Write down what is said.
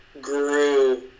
grew